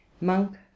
Monk